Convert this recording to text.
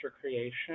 creation